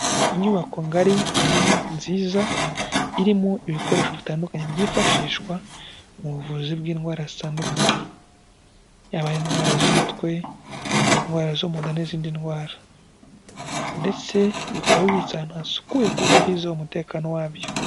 Inyubako ngari nini nziza irimo ibikoresho bitandukanye byifashishwa mu buvuzi bw'indwara zitandukanye yaba indwara z'umutwe indwara zo mu nda n'izindi ndwara ndetse bikaba bibitse ahantu hasukuye ku buryo hizewe umutekano wabyo .